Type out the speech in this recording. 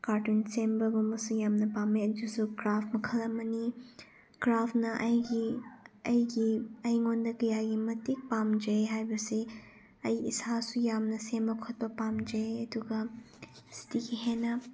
carton ꯁꯦꯝꯕꯒꯨꯝꯕꯁꯨ ꯌꯥꯝꯅ ꯄꯥꯝꯃꯦ ꯑꯗꯨꯁꯨ ꯀ꯭ꯔꯥꯐ ꯃꯈꯜ ꯑꯃꯅꯤ ꯀ꯭ꯔꯥꯐꯅ ꯑꯩꯒꯤ ꯑꯩꯒꯤ ꯑꯩꯉꯣꯟꯗ ꯀꯌꯥꯒꯤ ꯃꯇꯤꯛ ꯄꯥꯝꯖꯩ ꯍꯥꯏꯕꯁꯤ ꯑꯩ ꯏꯁꯥꯁꯨ ꯌꯥꯝꯅ ꯁꯦꯝꯕ ꯈꯣꯠꯄ ꯄꯥꯝꯖꯩ ꯑꯗꯨꯒ ꯁꯤꯗꯒꯤ ꯍꯦꯟꯅ